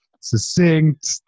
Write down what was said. succinct